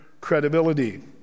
credibility